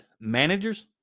managers